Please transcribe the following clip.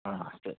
ಹಾಂ ಸರಿ